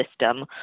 system